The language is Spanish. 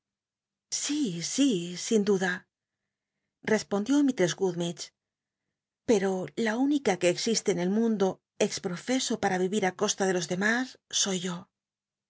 si si sin d lda respondió mislrcss gummidgc pero la única que existe en el mundo ex profeso para vhit á costa de los dcmas soy yo